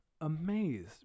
amazed